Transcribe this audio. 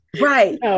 right